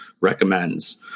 recommends